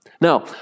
Now